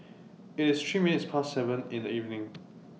IT IS three minutes Past seven in The evening